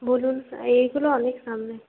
বলুন এইগুলো অনেক সামনে